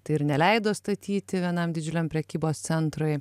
tai ir neleido statyti vienam didžiuliam prekybos centrui